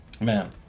man